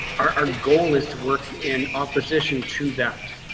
our goal is to work in opposition to that.